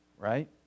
right